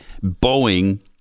Boeing